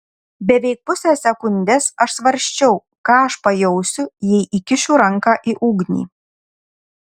beveik pusę sekundės aš svarsčiau ką aš pajausiu jei įkišiu ranką į ugnį